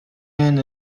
end